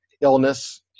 illness